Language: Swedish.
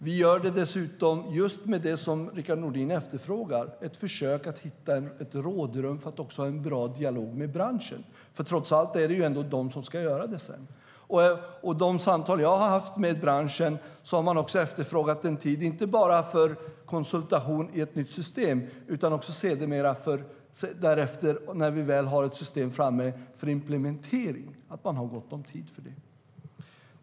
Vi gör det dessutom just med det som Rickard Nordin efterfrågar, ett försök att hitta ett rådrum för att ha en bra dialog med branschen. Trots allt är det ändå den som sedan ska göra det. I de samtal jag har haft med branschen har man också efterfrågat en tid inte bara för konsultation i ett nytt system utan också, när vi väl har ett system framme, gott om tid för implementering.